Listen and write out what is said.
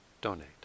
donate